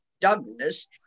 Douglas